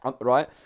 Right